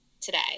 today